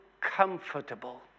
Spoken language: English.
comfortable